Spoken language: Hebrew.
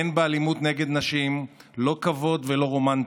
אין באלימות נגד נשים לא כבוד ולא רומנטיקה.